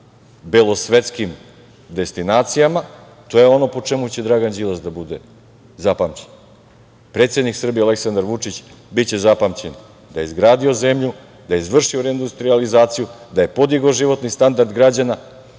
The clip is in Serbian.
belosvetskim destinacijama, to je ono po čemu će Dragan Đilas da bude zapamćen. Predsednik Srbije Aleksandar Vučić biće zapamćen da je izgradio zemlju, da je izvršio reindustrijalizaciju, da je podigao životni standard građana,